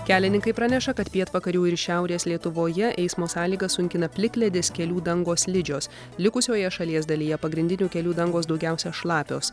kelininkai praneša kad pietvakarių ir šiaurės lietuvoje eismo sąlygas sunkina plikledis kelių dangos slidžios likusioje šalies dalyje pagrindinių kelių dangos daugiausia šlapios